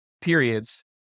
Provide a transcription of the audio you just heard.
periods